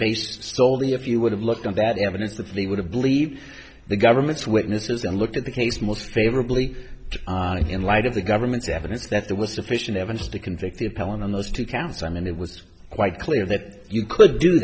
based stole the if you would have looked at that evidence of the would have believed the government's witnesses and looked at the case most favorably on in light of the government's evidence that there was sufficient evidence to convict the appellant on those two counts i mean it was quite clear that you could do